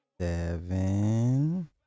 seven